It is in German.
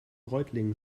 reutlingen